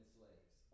slaves